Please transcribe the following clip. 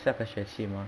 下个学期 mah